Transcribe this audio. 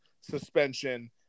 suspension